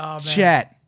Chet